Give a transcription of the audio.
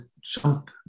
jump